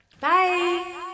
Bye